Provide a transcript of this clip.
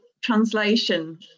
translation